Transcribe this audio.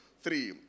three